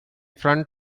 front